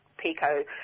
PICO